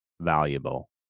Valuable